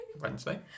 Wednesday